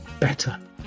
better